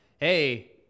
hey